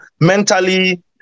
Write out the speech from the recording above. mentally